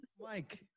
Mike